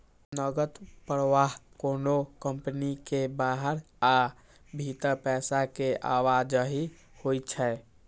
नकद प्रवाह कोनो कंपनी के बाहर आ भीतर पैसा के आवाजही होइ छै